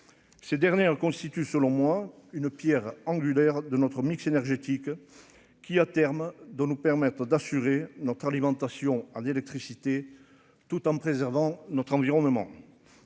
ces dernières constitue selon moi une Pierre angulaire de notre mix énergétique qui à terme dont nous permettre d'assurer notre alimentation en électricité tout en préservant notre environnement.